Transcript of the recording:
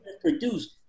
produced